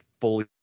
fully